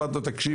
אמרתי לו תקשיב,